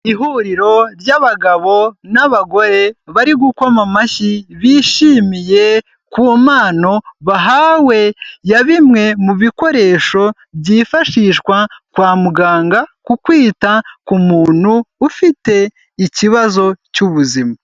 Ihuriro ry'abagabo n'abagore bari gukoma amashyi, bishimiye ku mpano bahawe, ya bimwe mu bikoresho byifashishwa kwa muganga, ku kwita ku muntu ufite ikibazo cy'ubuzima.